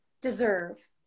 deserve